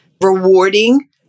rewarding